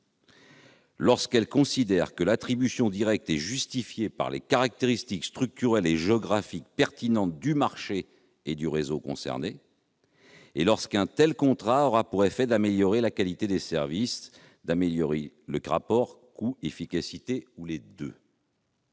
lorsqu'elle considère que l'attribution directe est justifiée par les caractéristiques structurelles et géographiques pertinentes du marché et du réseau concernés, [...], et lorsqu'un tel contrat aurait pour effet d'améliorer la qualité des services ou le rapport coût-efficacité, ou les deux